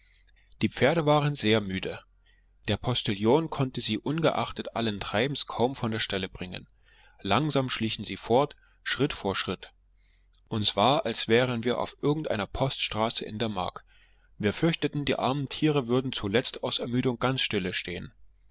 die pferde waren sehr müde der postillon konnte sie ungeachtet allen treibens kaum von der stelle bringen langsam schlichen sie fort schritt vor schritt uns war als wären wir auf irgendeiner poststraße in der mark wir fürchteten die armen tiere würden zuletzt aus ermüdung ganz stille stehen